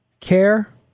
Care